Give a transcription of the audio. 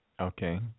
Okay